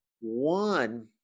One